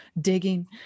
digging